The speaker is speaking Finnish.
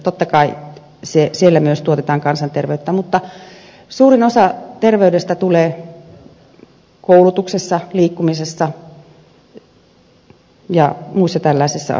totta kai siellä myös tuotetaan kansanterveyttä mutta suurin osa terveydestä tulee koulutuksessa liikkumisessa ja muissa tällaisissa asioissa